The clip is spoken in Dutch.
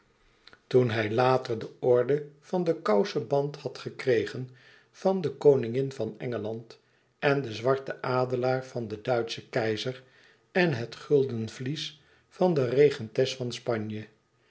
toen hij later de orde van den kouseband had gekregen van de koningin van engeland en den zwarten adelaar van den duitschen keizer en het gulden vlies van de regentes van spanje